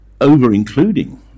over-including